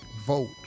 vote